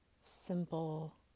Simple